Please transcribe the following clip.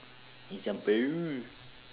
example